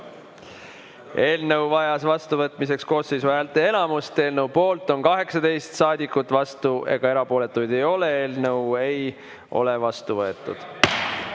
Eelnõu vajas vastuvõtmiseks koosseisu häälteenamust. Eelnõu poolt on 18 saadikut, vastuolijaid ega erapooletuid ei ole. Eelnõu ei ole vastu võetud.